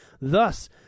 Thus